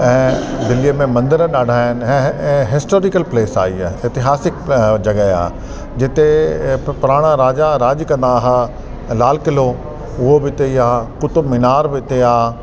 ऐं दिल्लीअ में मंदर ॾाढा आहिनि ऐं हिस्टोरिकल प्लैस आहे हीअ एतिहासिक जॻह आहे जिते पुराणा राजा राज कंदा हा लाल किलो उहो बि हिते ई आहे कुतुब मीनार बि हिते आहे